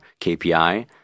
KPI